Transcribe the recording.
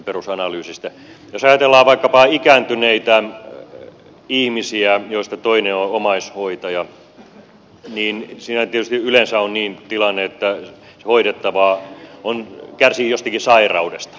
jos ajatellaan vaikkapa ikääntyneitä ihmisiä joista toinen on omaishoitaja niin siinä tietysti yleensä tilanne on niin että se hoidettava kärsii jostakin sairaudesta